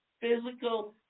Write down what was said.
physical